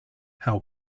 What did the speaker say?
how